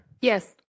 Yes